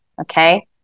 okay